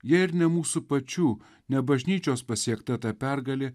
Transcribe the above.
jei ir ne mūsų pačių ne bažnyčios pasiekta ta pergalė